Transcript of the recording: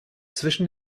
zwischen